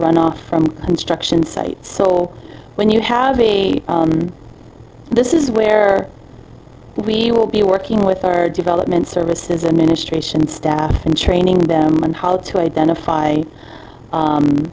runoff from construction site so when you have b this is where we will be working with our development services and ministrations staff and training them on how to identify